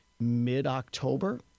mid-october